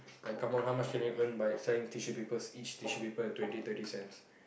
like come on how much you need even buy selling tissues papers each tissues papers twenty twenty cents